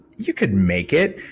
you could make it.